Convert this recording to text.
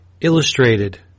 illustrated